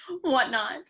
whatnot